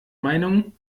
meinung